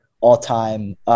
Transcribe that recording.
all-time